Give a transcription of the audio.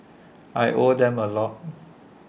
I owe them A lot